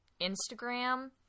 Instagram